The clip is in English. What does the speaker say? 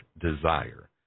desire